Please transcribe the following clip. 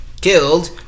killed